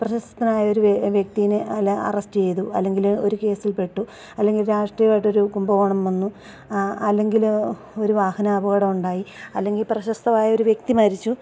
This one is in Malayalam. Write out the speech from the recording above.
പ്രശസ്തനായൊരു വ്യക്തിയെ അറസ്റ്റ് ചെയ്തു അല്ലെങ്കില് ഒരു കേസിൽപ്പെട്ടു അല്ലെങ്കിൽ രാഷ്ട്രീയമായിട്ടൊരു കുംഭകോണം വന്നു അല്ലെങ്കിലൊരു വാഹനാപകടമുണ്ടായി അല്ലെങ്കില് പ്രശസ്തനായൊരു വ്യക്തി മരിച്ചു